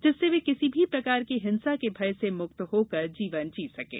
जिससे वे किसी भी प्रकार की हिंसा के भय से मुक्त होकर जीवन जी सकें